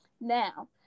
Now